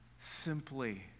simply